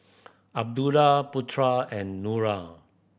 Abdullah Putra and Nura